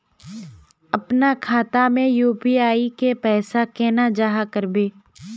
अपना खाता में यू.पी.आई के पैसा केना जाहा करबे?